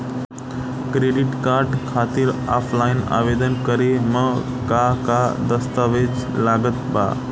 Credit card खातिर offline आवेदन करे म का का दस्तवेज लागत बा?